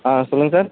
ஆ சொல்லுங்கள் சார்